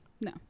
no